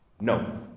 No